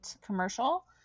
commercial